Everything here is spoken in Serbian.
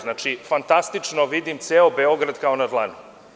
Znači, fantastično vidim ceo Beograd kao na dlanu.